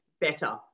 better